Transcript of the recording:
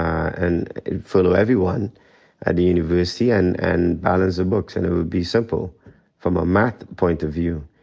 and furlough everyone at the university and and balance the books, and it would be simple from a math point of view.